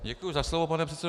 Děkuji za slovo, pane předsedo.